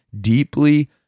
deeply